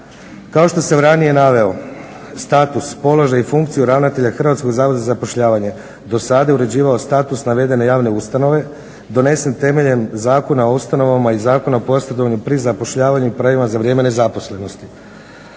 Kao što sam ranije naveo status, položaj i funkciju ravnatelja Hrvatskog zavoda za zapošljavanje dosada je uređivao statut navedene javne ustanove donesen temeljem Zakona o ustanovama i Zakona o posredovanju pri zapošljavanju i pravima za vrijeme nezaposlenosti.